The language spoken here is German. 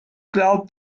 glaubt